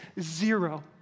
zero